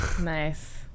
nice